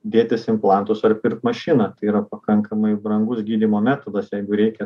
dėtis implantus ar pirkt mašiną tai yra pakankamai brangus gydymo metodas jeigu reikia